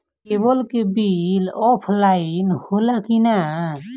Cable के bill offline होला कि ना?